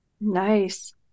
Nice